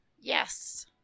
Yes